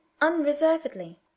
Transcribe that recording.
unreservedly